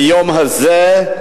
ביום הזה,